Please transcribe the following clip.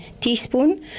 teaspoon